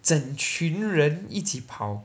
整群人一起跑